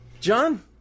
John